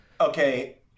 Okay